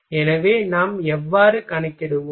எனவே நாம் எவ்வாறு கணக்கிடுவோம்